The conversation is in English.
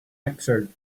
excerpt